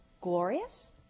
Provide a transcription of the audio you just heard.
glorious